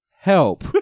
help